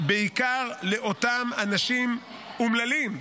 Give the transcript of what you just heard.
בעיקר לאותם אנשים אומללים,